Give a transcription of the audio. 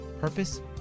purpose